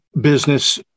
business